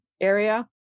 area